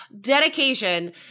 dedication